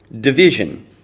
division